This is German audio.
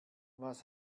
was